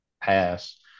pass